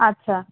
আচ্ছা